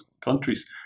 countries